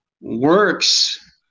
works